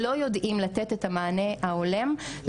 אם זה הנושא של הרב-תרבותיות,